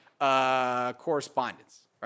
correspondence